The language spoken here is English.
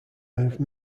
move